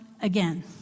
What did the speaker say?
again